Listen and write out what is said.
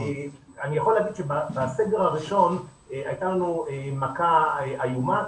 אני יכול להגיד שבסגר הראשון הייתה לנו מכה איומה,